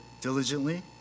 diligently